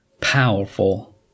powerful